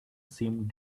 seemed